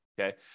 Okay